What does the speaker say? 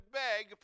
beg